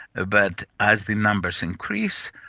but as the numbers increase,